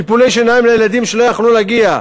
טיפולי שיניים לילדים שלא יכלו להגיע,